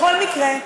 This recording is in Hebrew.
בכל מקרה,